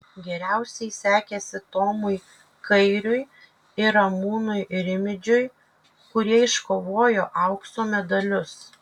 geriausiai sekėsi tomui kairiui ir ramūnui rimidžiui kurie iškovojo aukso medalius